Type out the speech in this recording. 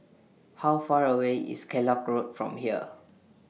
How Far away IS Kellock Road from here